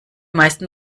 meisten